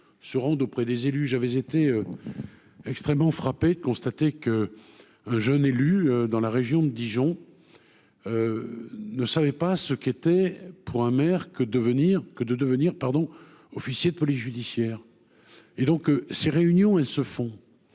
se rende auprès des élus, j'avais été extrêmement frappé de constater que un jeune élu dans la région de Dijon ne savait pas ce qu'était pour un maire que de venir que de devenir pardon, officier de police judiciaire et donc ces réunions, elles se font